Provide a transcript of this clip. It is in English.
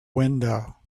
window